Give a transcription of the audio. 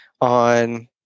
on